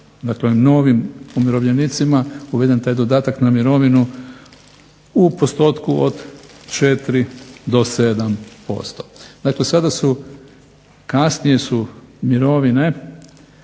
dakle novim umirovljenicima uveden taj dodatak na mirovinu u postotku od 4 do 7%. Dakle kasnije su mirovine